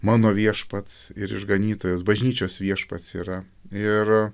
mano viešpats ir išganytojas bažnyčios viešpats yra ir